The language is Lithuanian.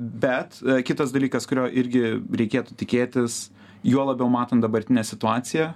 bet kitas dalykas kurio irgi reikėtų tikėtis juo labiau matant dabartinę situaciją